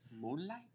Moonlight